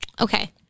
Okay